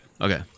okay